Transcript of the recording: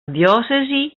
diòcesi